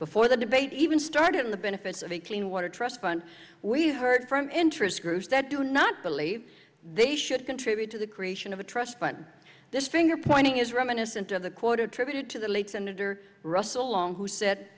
before the debate even started in the benefits of a clean water trust fund we heard from interest groups that do not believe they should contribute to the creation of a trust fund this finger pointing is reminiscent of the quote attributed to the late senator russell long who said